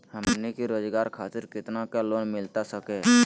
हमनी के रोगजागर खातिर कितना का लोन मिलता सके?